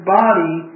body